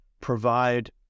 provide